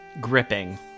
Gripping